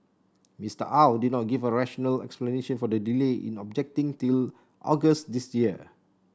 Mister Au did not give a rational explanation for the delay in objecting till August this year